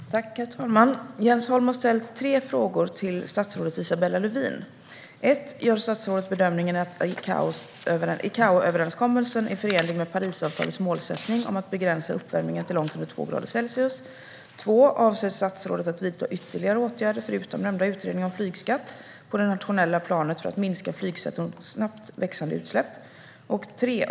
Herr talman! Jens Holm har ställt tre frågor till statsrådet Isabella Lövin. Gör statsrådet bedömningen att ICAO-överenskommelsen är förenlig med Parisavtalets målsättning om att begränsa uppvärmningen till långt under två grader Celsius? Avser statsrådet att vidta ytterligare åtgärder, förutom nämnda utredning om flygskatt, på det nationella planet för att minska flygsektorns snabbt växande utsläpp?